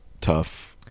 tough